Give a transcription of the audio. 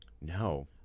No